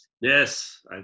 yes